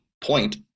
point